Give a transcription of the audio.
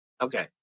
Okay